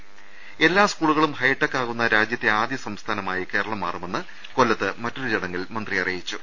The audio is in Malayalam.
ദർവ്വെട്ടറ എല്ലാ സ്കൂളുകളും ഹൈടെക് ആകുന്ന രാജ്യത്തെ ആദ്യ സംസ്ഥാന മായി കേരളം മാറുമെന്ന് കൊല്ലത്ത് മറ്റൊരു ചടങ്ങിൽ മന്ത്രി അറിയിച്ചു